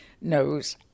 knows